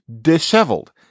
disheveled